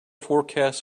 forecast